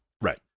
Right